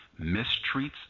mistreats